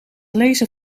lezen